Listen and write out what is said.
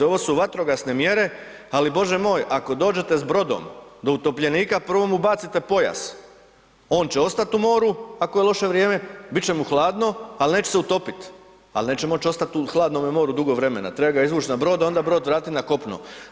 Ovo su vatrogasne mjere, ali Bože moj ako dođete s brodom do utopljenika prvo mu bacite pojas, on će ostati u moru ako je loše vrijeme, bit će mu hladno ali neće se utopit, ali neće moći ostati u hladnome moru dugo vremena treba ga izvući na brod, a onda brod vratiti na kopno.